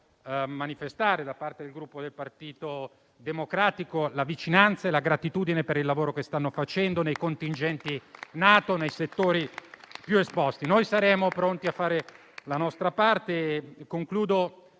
da parte del Gruppo Partito Democratico la vicinanza e la gratitudine per il lavoro che stanno facendo i nostri contingenti NATO nei settori più esposti. Noi saremo pronti a fare la nostra parte.